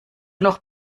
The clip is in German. noch